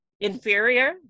inferior